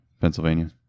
Pennsylvania